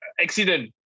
accident